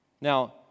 Now